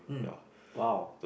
!wow!